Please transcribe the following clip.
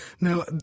Now